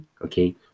okay